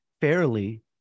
fairly